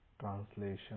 Translation